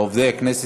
לעובדי הכנסת שצמים.